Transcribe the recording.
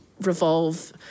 revolve